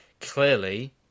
clearly